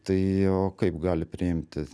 tai o kaip gali priimti